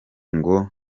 ngo